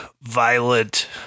violent